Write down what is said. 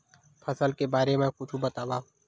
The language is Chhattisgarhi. फसल के बारे मा कुछु बतावव